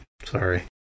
Sorry